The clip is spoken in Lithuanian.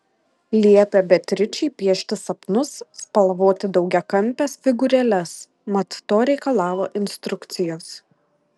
liepė beatričei piešti sapnus spalvoti daugiakampes figūrėles mat to reikalavo instrukcijos